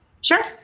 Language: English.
Sure